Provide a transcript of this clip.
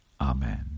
Amen